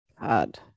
God